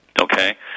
Okay